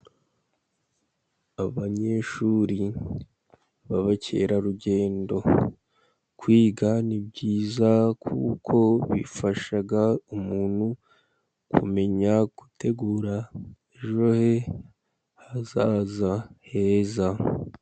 Abanyeshuri b'abakerarugendo, kwiga ni byiza kuko bifasha umuntu, kumenya gutegura ejo he hazaza heza.